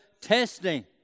testing